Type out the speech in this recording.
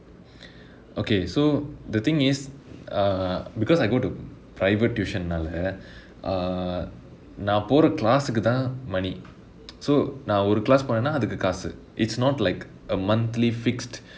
okay so the thing is uh because I go to private tuition நாலா:naalaa err நா போர:naa pora class குதான்:kuthaan money so நா ஒரு:naa oru class போனேனா அதுக்கு காசு:ponaenaa athukku kaasu it's not like a monthly fixed